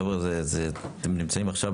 חבר'ה, זה, זה, הם נמצאים עכשיו